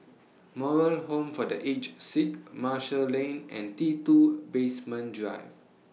Moral Home For The Aged Sick Marshall Lane and T two Basement Drive